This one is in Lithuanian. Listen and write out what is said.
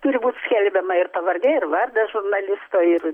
turi būt skelbiama ir pavardė ir vardas žurnalisto ir